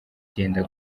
byenda